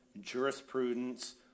jurisprudence